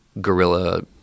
guerrilla